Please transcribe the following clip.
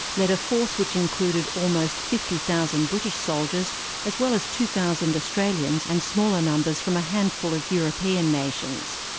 led a force which included almost fifty thousand british soldiers as well as two thousand australians and smaller numbers from a handful of european nations.